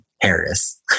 Harris